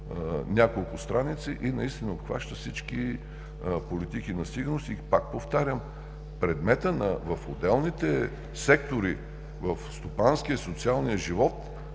няколко страници, и наистина обхваща всички политики на сигурност и пак повтарям предметът в отделните сектори – в стопанския, социалния живот,